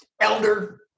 elder